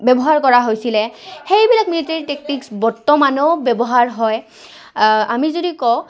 ব্যৱহাৰ কৰা হৈছিলে সেইবিলাক মিলিটেৰী টেকটিক্ছ বৰ্তমানেও ব্যৱহাৰ হয় আমি যদি কওঁ